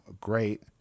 great